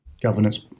governance